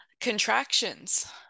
contractions